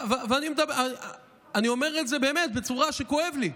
אני אומר את זה באמת בצורה שכואב לי,